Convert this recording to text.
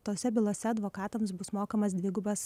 tose bylose advokatams bus mokamas dvigubas